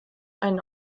einen